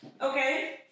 Okay